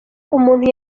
umuntu